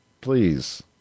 Please